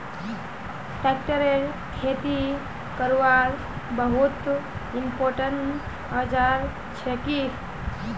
tractor खेती करवार बहुत इंपोर्टेंट औजार छिके